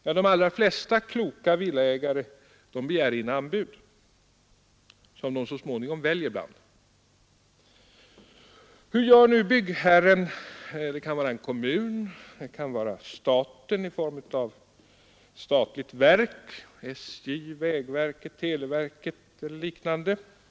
Ja, de allra flesta kloka villaägare begär in anbud, som de så småningom väljer bland. Och hur gör byggherren — det kan vara en person eller det kan vara staten i form av ett statligt verk, t.ex. SJ, vägverket, televerket eller liknande?